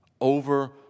over